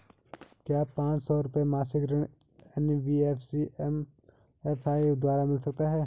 क्या पांच सौ रुपए मासिक ऋण एन.बी.एफ.सी एम.एफ.आई द्वारा मिल सकता है?